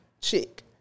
chick